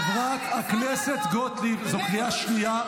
חברת הכנסת גוטליב, זו קריאה שנייה.